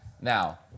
now